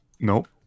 Nope